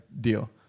deal